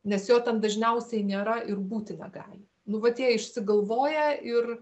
nes jo ten dažniausiai nėra ir būti negali nu vat jie išsigalvoja ir